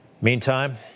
Meantime